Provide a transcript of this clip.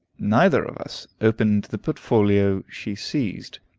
neither of us opened the portfolio she seized,